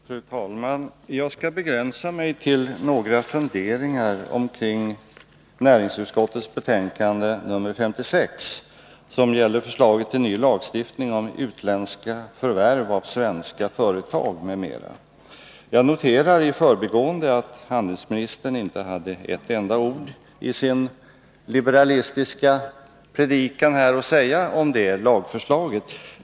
Fru talman! Jag skall begränsa mig till några funderingar kring näringsutskottets betänkande nr 56, som gäller förslaget till ny lagstiftning om utländska förvärv av svenska företag m.m. Jag noterar i förbigående att handelsministern inte hade ett enda ord i sin liberalistiska predikan här att säga om det aktuella lagförslaget.